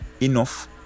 enough